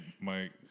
Mike